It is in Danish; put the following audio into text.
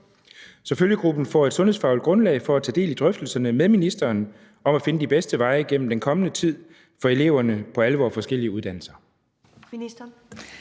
så følgegruppen får et sundhedsfagligt grundlag for at tage del i drøftelserne med ministeren om at finde de bedste veje igennem den kommende tid for eleverne på alle de forskellige uddannelser?